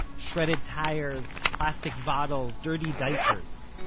shredded tires, plastic bottles, dirty diapers.